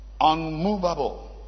unmovable